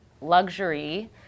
luxury